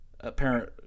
apparent